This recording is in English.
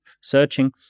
searching